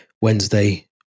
Wednesday